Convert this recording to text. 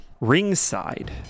ringside